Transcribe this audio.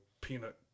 peanut